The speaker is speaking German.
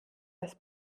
das